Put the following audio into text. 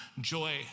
joy